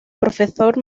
profesor